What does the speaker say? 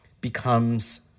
becomes